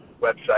website